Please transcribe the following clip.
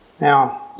Now